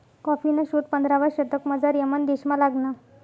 कॉफीना शोध पंधरावा शतकमझाऱ यमन देशमा लागना